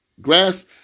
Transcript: grass